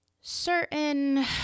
certain